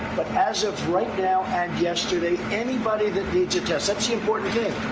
but as of right now and yesterday anybody that needs a test that's the important thing.